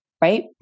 right